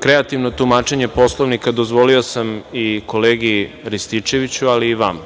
kreativno tumačenje Poslovnika, dozvolio sam i kolegi Rističeviću, ali i vama